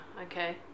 Okay